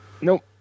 Nope